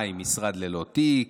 למאי משרד ללא תיק,